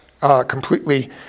completely